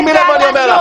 שימי לב מה אני אומר לך,